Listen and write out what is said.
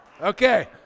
Okay